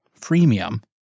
freemium